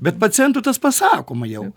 bet pacientui tas pasakoma jau